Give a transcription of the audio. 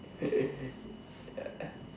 ya